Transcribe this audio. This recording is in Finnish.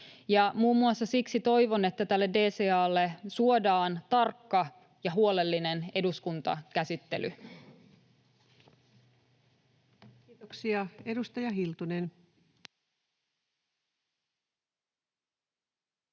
muun muassa siksi toivon, että tälle DCA:lle suodaan tarkka ja huolellinen eduskuntakäsittely. Kiitoksia. — Edustaja Hiltunen.